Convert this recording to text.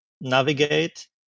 navigate